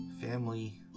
family